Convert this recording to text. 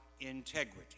integrity